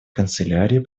канцелярии